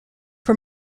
for